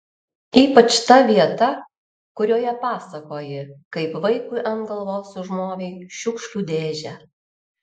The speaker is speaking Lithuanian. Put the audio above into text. ypač ta vieta kurioje pasakoji kaip vaikui ant galvos užmovei šiukšlių dėžę